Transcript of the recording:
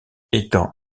étant